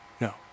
no